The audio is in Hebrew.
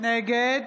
נגד